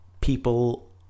people